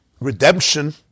Redemption